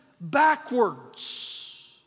backwards